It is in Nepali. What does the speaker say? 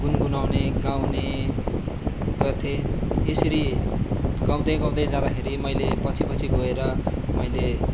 गुनगुनाउने गाउने गर्थेँ यसरी गाउँदै गाउँदै जाँदाखेरि मैले पछि पछि गएर मैले